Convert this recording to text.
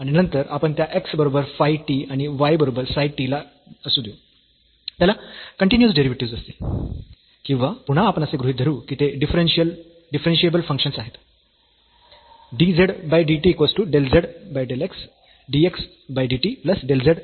आणि नंतर आपण त्या x बरोबर फाय t आणि y बरोबर साय t असू देऊ त्याला कन्टीन्यूअस डेरिव्हेटिव्हस् असतील किंवा पुन्हा आपण असे गृहीत धरू की ते डिफरन्शियेबल फंक्शन्स आहेत